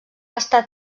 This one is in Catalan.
estat